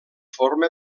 forma